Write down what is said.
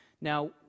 Now